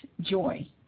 joy